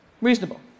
Reasonable